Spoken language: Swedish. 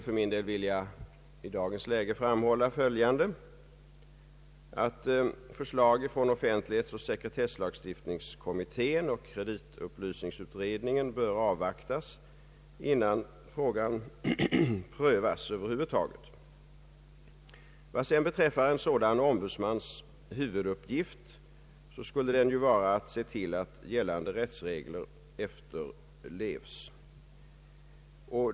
För egen del vill jag i dagens läge framhålla att förslaget från offentlighetsoch sekretesslagstiftningskommittén och kreditupplysningsutredningen bör avvaktas, innan frågan över huvud taget prövas. En sådan ombudsmans huvuduppgift skulle vara att se till att gällande rättsregler efterlevs.